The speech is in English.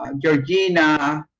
um georgina